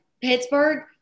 Pittsburgh